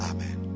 Amen